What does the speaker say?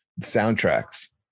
soundtracks